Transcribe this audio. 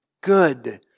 Good